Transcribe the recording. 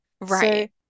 Right